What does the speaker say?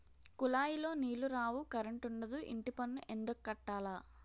కులాయిలో నీలు రావు కరంటుండదు ఇంటిపన్ను ఎందుక్కట్టాల